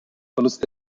verlust